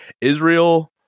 Israel